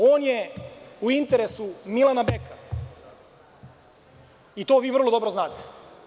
On je u interesu Milana Beka, i to vi vrlo dobro znate.